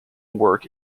work